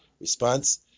response